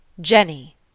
Jenny